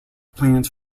plans